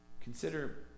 Consider